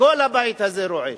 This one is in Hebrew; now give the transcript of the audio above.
כל הבית הזה רועש.